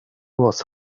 was